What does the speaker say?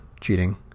cheating